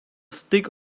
stick